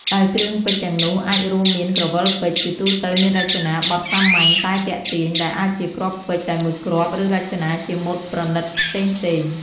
ដែលគ្រឿងពេជ្រទាំងនោះអាចរួមមាន ក្រវិលពេជ្រ ជាទូទៅមានរចនាបថសាមញ្ញតែទាក់ទាញ ដែលអាចជាគ្រាប់ពេជ្រតែមួយគ្រាប់ ឬរចនាជាម៉ូដប្រណីតផ្សេងៗ។